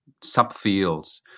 subfields